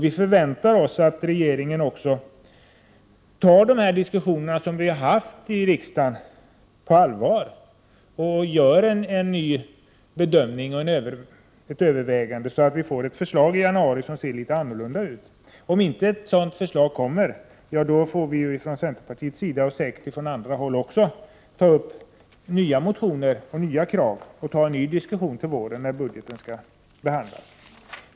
Vi förväntar oss att regeringen också tar de diskussioner vi fört i riksdagen på allvar och gör en ny bedömning och nya överväganden så att vi i januari kan få ett förslag som ser annorlunda ut. Om inte ett sådant förslag kommer får vi från centerpartiet och säkert också från andra håll väcka nya motioner med nya krav och ta en ny diskussion under våren när budgeten skall behandlas.